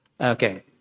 Okay